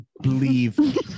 believe